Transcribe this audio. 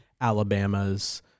Alabama's